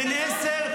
בן עשר,